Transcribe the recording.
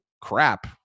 crap